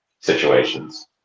situations